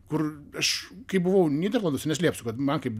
kur aš kai buvau nyderlanduose neslėpsiu kad man kaip